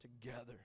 together